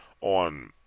on